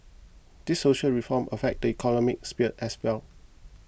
these social reforms affect the economic sphere as well